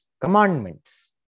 commandments